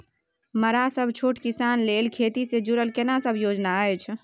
मरा सब छोट किसान लेल खेती से जुरल केना सब योजना अछि?